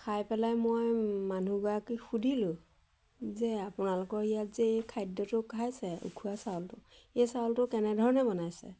খাই পেলাই মই মানুহগৰাকীক সুধিলোঁ যে আপোনালোকৰ ইয়াত যে এই খাদ্যটো খাইছে উখোৱা চাউলটো এই চাউলটো কেনেধৰণে বনাইছে